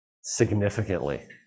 significantly